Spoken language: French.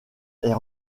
est